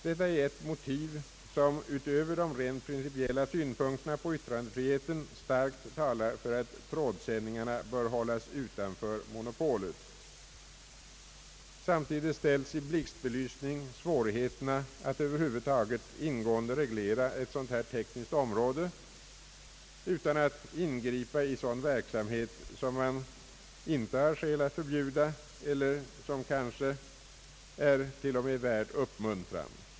Detta är ett motiv, som utöver de rent principiella synpunkterna på yttrandefriheten starkt talar för att trådsändningarna bör hållas utanför monopolet. Samtidigt ställs i blixtbelysning svårigheterna att över huvud taget ingående reglera ett sådant här tekniskt område utan att ingripa i verksamhet som man icke har skäl att förbjuda eller som «kanske t.o.m. är värd uppmuntran.